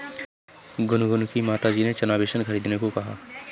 गुनगुन की माताजी ने चना बेसन खरीदने को कहा